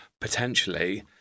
potentially